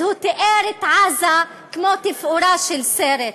אז הוא תיאר את עזה כמו תפאורה של סרט.